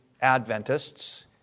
Adventists